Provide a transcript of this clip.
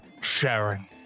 sharing